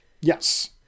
Yes